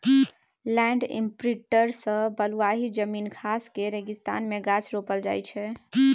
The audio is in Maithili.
लैंड इमप्रिंटर सँ बलुआही जमीन खास कए रेगिस्तान मे गाछ रोपल जाइ छै